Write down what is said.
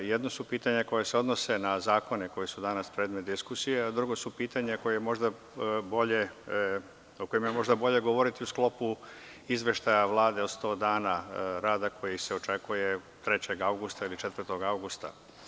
Jedno su pitanja koja se odnose na zakone koji su danas predmet diskusije, a drugo su pitanja o kojima je možda bolje govoriti u sklopu izveštaja Vlade od sto dana rada koji se očekuje 3. avgusta ili 4. avgusta.